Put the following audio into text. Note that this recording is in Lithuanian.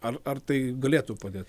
ar ar tai galėtų padėt